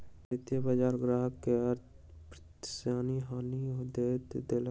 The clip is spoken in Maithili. वित्तीय बजार ग्राहक के अप्रत्याशित हानि दअ देलक